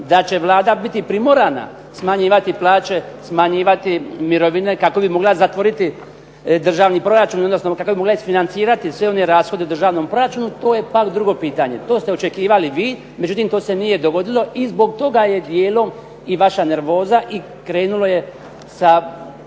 da će Vlada biti primorana smanjivati plaće, smanjivati mirovine, kako bi mogla zatvoriti državni proračun, odnosno kako bi mogla isfinancirati sve one rashode državnom proračunu, to je pak drugo pitanje. To ste očekivali vi, međutim to se nije dogodilo i zbog toga je dijelom i vaša nervoza, i krenulo je sa